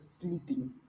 sleeping